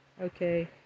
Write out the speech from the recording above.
Okay